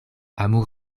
amu